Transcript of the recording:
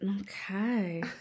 Okay